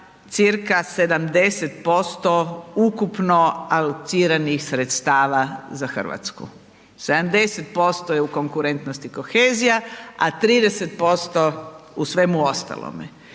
cca. 70% ukupno alociranih sredstava za Hrvatsku, 79% je u konkurentnost i kohezija a 30% u svemu ostalome.